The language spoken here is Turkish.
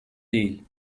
değil